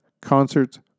concerts